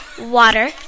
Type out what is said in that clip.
water